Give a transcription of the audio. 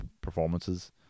performances